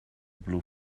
blue